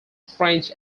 french